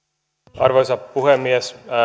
arvoisa puhemies